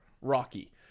Rocky